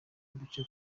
uduce